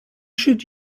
should